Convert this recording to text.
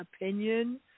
opinion